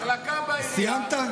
מחלקה בעירייה, סיימת?